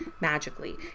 magically